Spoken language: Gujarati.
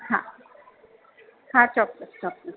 હા હા ચોક્કસ ચોક્કસ